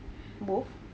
both